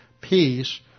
peace